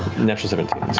natural seventeen